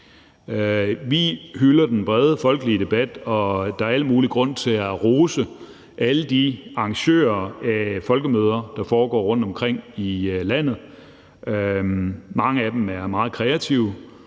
Vi hylder den brede, folkelige debat, og der er al mulig grund til at rose alle arrangørerne af de folkemøder, der foregår rundtomkring i landet. Mange af dem er meget kreative